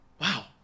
Wow